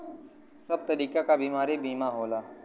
सब तरीके क बीमारी क बीमा होला